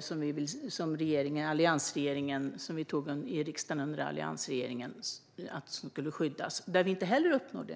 som vi fattade beslut om i riksdagen under alliansregeringen, uppnår vi inte heller.